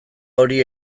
hori